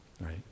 right